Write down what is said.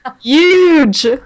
huge